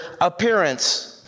appearance